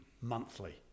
monthly